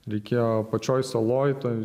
reikėjo pačioj saloj toj